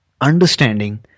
understanding